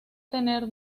tener